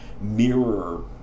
mirror